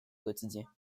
quotidiens